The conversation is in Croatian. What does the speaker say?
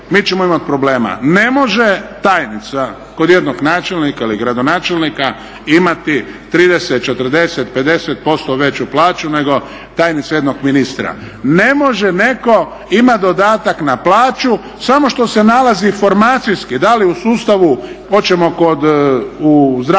mi ćemo imat problema. Ne može tajnica kod jednog načelnika ili gradonačelnika imati 30, 40, 50% veću plaću nego tajnica jednog ministra. Ne može netko imat dodatak na plaću samo što se nalazi formacijski, da li u sustavu hoćemo u zdravstvu